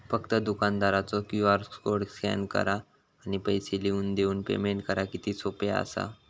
फक्त दुकानदारचो QR code scan करा आणि पैसे लिहून देऊन पेमेंट करा किती सोपा असा